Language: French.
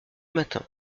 matin